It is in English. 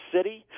City